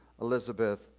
Elizabeth